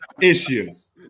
issues